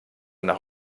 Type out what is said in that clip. nach